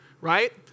right